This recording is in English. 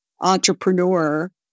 entrepreneur